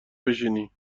بشینی